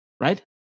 Right